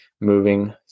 moving